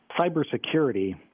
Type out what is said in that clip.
cybersecurity